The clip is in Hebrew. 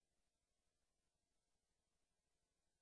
ומעל